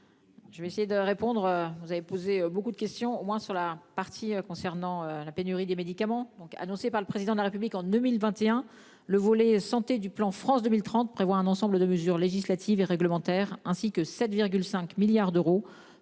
Je vais essayer de répondre vous avez posé beaucoup de questions au moins sur la partie concernant la pénurie des médicaments donc annoncé par le président de la République en 2021, le volet santé du plan France 2030 prévoit un ensemble de mesures législatives et réglementaires ainsi que 7,5 milliards d'euros